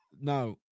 no